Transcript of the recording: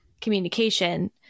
communication